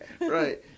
right